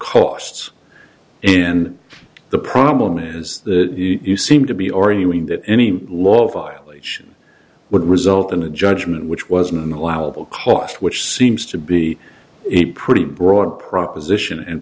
costs and the problem is that you seem to be or even that any law violation would result in a judgment which was an allowable cost which seems to be a pretty broad proposition and